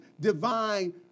divine